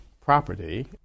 property